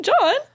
John